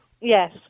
yes